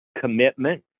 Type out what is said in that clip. commitment